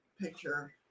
picture